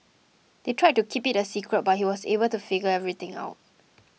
they tried to keep it a secret but he was able to figure everything out